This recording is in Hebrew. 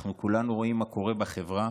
אנחנו כולנו רואים מה קורה בחברה.